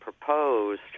proposed